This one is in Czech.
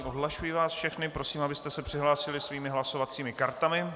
Odhlašuji vás všechny a prosím, abyste se přihlásili svými hlasovacími kartami.